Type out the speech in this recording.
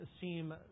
seem